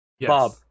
Bob